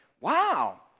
wow